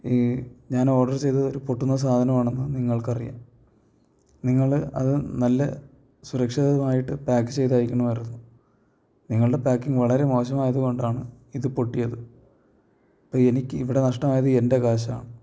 ഈ ഞാൻ ഓഡർ ചെയ്തത് ഒരു പൊട്ടുന്ന സാധനമാണെന്നു നിങ്ങൾക്കറിയാം നിങ്ങൾ അതു നല്ല സുരക്ഷിതമായിട്ട് പാക്ക് ചെയ്ത് അയക്കണമായിരുന്നു നിങ്ങളുടെ പാക്കിങ് വളരെ മോശമായതു കൊണ്ടാണ് ഇതു പൊട്ടിയത് ഇപ്പം എനിക്ക് ഇവിടെ നഷ്ടമായത് എൻ്റെ കാശാണ്